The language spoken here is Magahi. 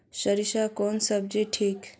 सरीसा कौन बीज ठिक?